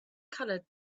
colored